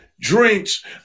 drinks